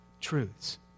truths